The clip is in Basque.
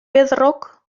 pedrok